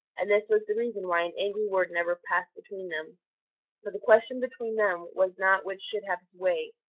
and this was the reason why an angry word never passed between them for the question between them was not which should have his way,